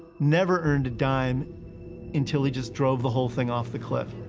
never earned a dime until he just drove the whole thing off the cliff.